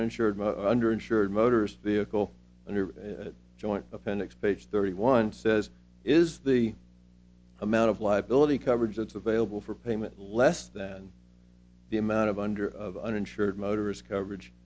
uninsured under insured motors vehicle under joint appendix page thirty one says is the amount of liability coverage that's available for payment less than the amount of under of uninsured motorist coverage